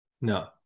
No